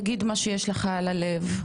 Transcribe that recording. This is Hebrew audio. תגיד מה שיש לך על הלב,